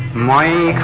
my